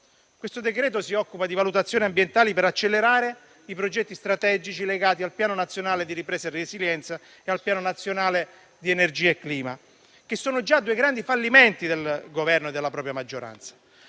Questo decreto-legge si occupa di valutazioni ambientali per accelerare i progetti strategici legati al Piano nazionale di ripresa e resilienza e al Piano nazionale integrato per l'energia e il clima, che sono già due grandi fallimenti del Governo e della sua maggioranza.